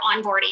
onboarding